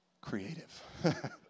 creative